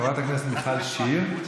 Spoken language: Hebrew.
חברת הכנסת מיכל שיר,